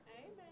Amen